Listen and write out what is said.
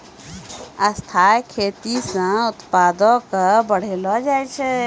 स्थाइ खेती से उत्पादो क बढ़लो जाय छै